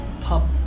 pop